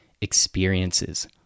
experiences